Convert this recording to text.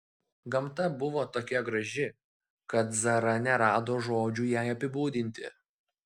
gamta buvo tokia graži kad zara nerado žodžių jai apibūdinti